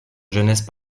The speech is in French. jeunesse